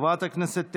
חברת הכנסת תלם,